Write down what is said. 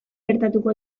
gertatuko